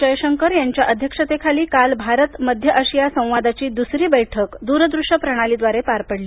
जयशंकर यांच्या अध्यक्षतेखाली काल भारत मध्य आशिया संवादाची द्सरी बैठक द्र दृश्य प्रणालीद्वारे पार पडली